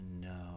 No